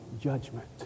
judgment